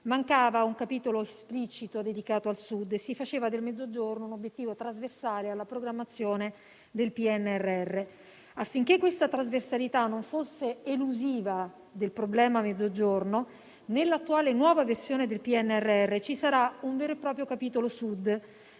mancava un capitolo esplicito dedicato al Sud e si faceva del Mezzogiorno un obiettivo trasversale alla programmazione del PNRR. Affinché questa trasversalità non fosse elusiva del problema Mezzogiorno, nell'attuale nuova versione del PNRR ci sarà un vero e proprio capitolo Sud.